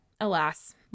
alas